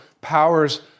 powers